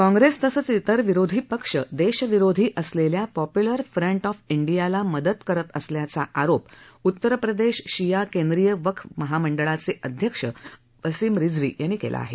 काँग्रेस तसंच इतर विरोधी पक्ष देशविरोधी असलेल्या पॉप्लर फ्रंट ऑफ इंडियाला मदत करत असल्याचा आरोप उतरप्रदेश शिया केंद्रीय वक्फ महामंडळाचे अध्यक्ष वसीम रिजवी यांनी केला आहे